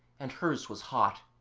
and hers was hot,